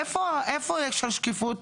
איפה השקיפות?